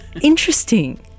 Interesting